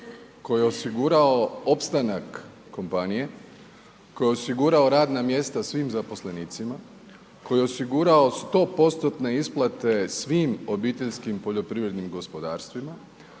koji osigurao opstanak kompanije, koji je osigurao radna mjesta svim zaposlenicima, koji je osigurao 100% isplate svim OPG-ima, koji je osigurao